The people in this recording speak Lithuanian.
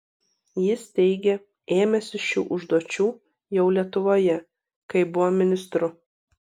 jis teigė ėmęsis šių užduočių jau lietuvoje kai buvo ministru